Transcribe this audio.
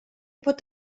pot